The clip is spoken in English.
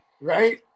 Right